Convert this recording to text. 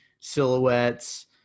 silhouettes